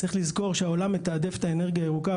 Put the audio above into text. צריך לזכור שהעולם מתעדף את האנרגיה הירוקה,